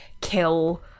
kill